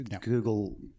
Google